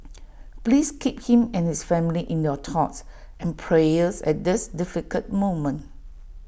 please keep him and his family in your thoughts and prayers at this difficult moment